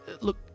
look